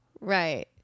Right